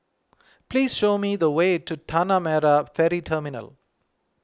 please show me the way to Tanah Merah Ferry Terminal